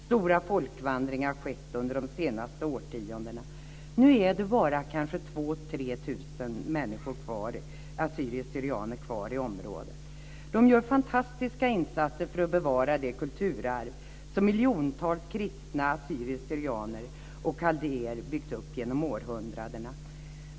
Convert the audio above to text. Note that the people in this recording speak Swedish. Stora folkvandringar har skett under de senaste årtiondena. Nu är det bara 2 000-3 000 assyrier syrianer och caldeer har byggt upp genom århundradena.